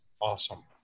Awesome